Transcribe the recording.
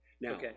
Now